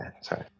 Sorry